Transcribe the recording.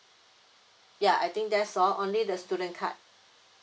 ya I think that's all only the student card